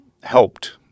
helped